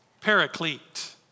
Paraclete